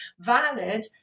valid